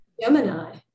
gemini